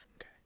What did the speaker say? okay